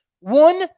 one